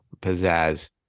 pizzazz